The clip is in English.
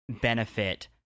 benefit